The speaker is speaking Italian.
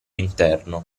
interno